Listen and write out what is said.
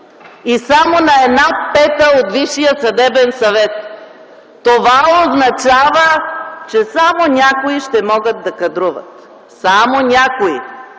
и само на една пета от Висшия съдебен съвет. Това означава, че само някои ще могат да кадруват. Само някои!